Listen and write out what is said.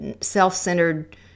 self-centered